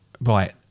Right